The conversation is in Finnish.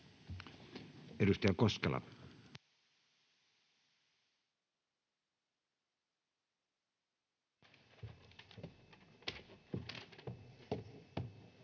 Edustaja Koskela.